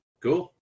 cool